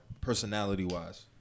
personality-wise